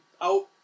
Out